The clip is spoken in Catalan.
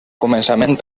començament